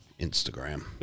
Instagram